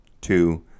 Two